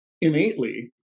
innately